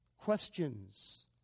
questions